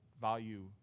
value